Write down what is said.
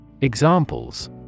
Examples